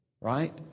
Right